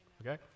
okay